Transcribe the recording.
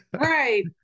right